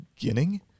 beginning